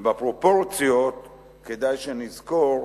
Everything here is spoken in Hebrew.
בפרופורציות כדאי שנזכור,